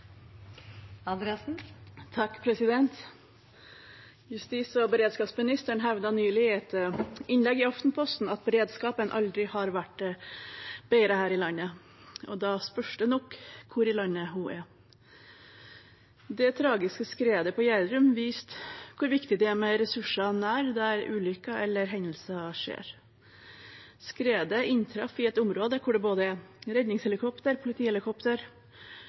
Justis- og beredskapsministeren hevdet nylig i et innlegg i Aftenposten at beredskapen aldri har vært bedre her i landet. Da spørs det nok hvor i landet hun er. Det tragiske skredet i Gjerdrum viste hvor viktig det er med ressurser nær der ulykker eller hendelser skjer. Skredet inntraff i et område der både redningshelikopter, politihelikopter,